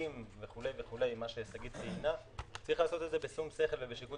כל מה ששגית ציינה צריך לעשות את זה בשום שכל ובשיקול